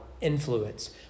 influence